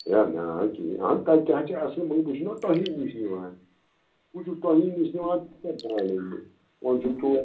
ہے نا کِہیٖنۍ اہَن تَتہِ تہِ ہا چھِ اصٕل مگر بہٕ چھُس نا تۄہی نِش نوان بہٕ چھُس تۄہی نِش نِوان وۄنۍ چھُم تور